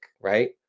right